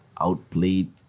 outplayed